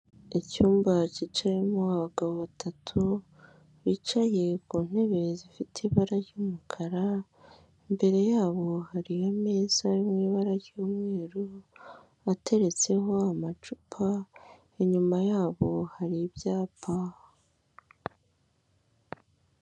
Icyumba cyicayemo abagabo batatu, bicaye ku ntebe zifite ibara ry'umukara, imbere yabo hari ameza ari mu ibara ry'umweru, ateretseho amacupa, inyuma yabo hari ibyapa.